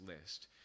list